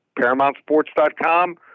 ParamountSports.com